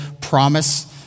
promise